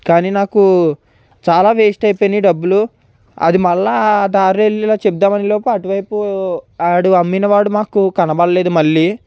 కానీ నాకు చాలా వేస్ట్ అయిపోయినాయ్ డబ్బులు అది మళ్ళా చెప్దామనే లోపు అటువైపు ఆడు అమ్మిన వాడు మాకు కనబళ్ళేదు మళ్ళీ